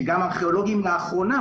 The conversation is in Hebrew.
שגם ארכיאולוגים לאחרונה,